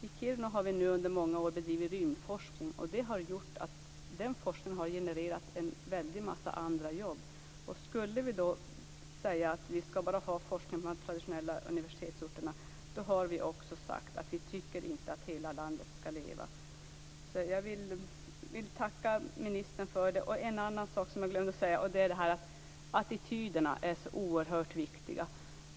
I Kiruna har vi nu under många år bedrivit rymdforskning. Den forskningen har genererat en väldig massa andra jobb. Skulle vi säga att vi bara skall ha forskning på de traditionella universitetsorterna, då har vi också sagt att vi inte tycker att hela landet skall leva. Så jag vill tacka ministern för detta. Sedan var det en annan sak som jag glömde att säga. Det är det här att attityderna är så oerhört viktiga.